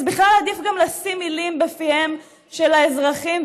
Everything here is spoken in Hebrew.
אז בכלל עדיף גם לשים מילים בפיהם של האזרחים,